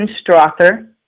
Strother